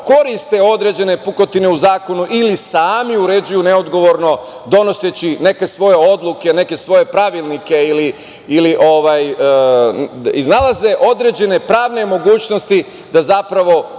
koriste određene pukotine u zakonu ili sami neodgovorno uređuju donoseći neke svoje odluke, neke svoje pravilnike ili iznalaze određene pravne mogućnosti da zapravo